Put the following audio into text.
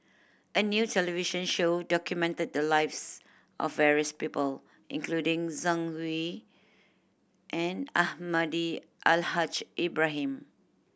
a new television show documented the lives of various people including Zhang Hui and Almahdi Al Haj Ibrahim